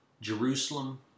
Jerusalem